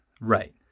Right